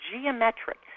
geometric